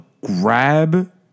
grab